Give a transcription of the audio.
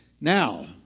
Now